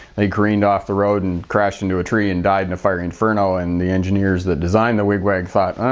they careened off the road, and crashed into a tree and died in a firey inferno. and the engineers that designed the wig-wag thought.